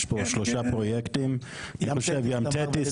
יש פה שלושה פרויקטים גם של ים תטיס,